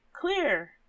clear